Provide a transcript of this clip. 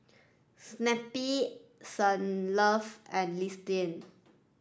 Snapple Saint Love and Listerine